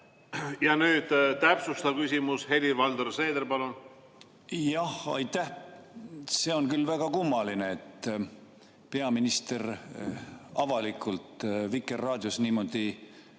Nüüd täpsustav küsimus. Helir-Valdor Seeder, palun! Jah, aitäh! See on küll väga kummaline, et peaminister avalikult Vikerraadios niimoodi